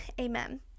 Amen